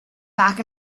back